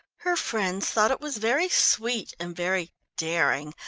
her friends thought it was very sweet and very daring,